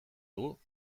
dugu